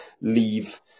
leave